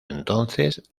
entonces